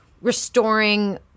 restoring